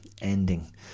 ending